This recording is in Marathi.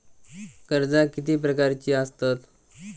कर्जा किती प्रकारची आसतत